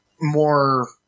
more